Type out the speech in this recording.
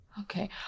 Okay